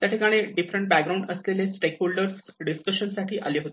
त्या ठिकाणी different background असलेले स्टेक होल्डर डिस्कशन साठी आले होते